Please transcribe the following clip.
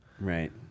right